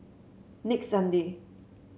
next Sunday